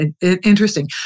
Interesting